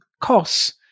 costs